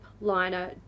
liner